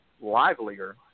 livelier